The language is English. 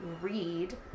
read